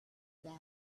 that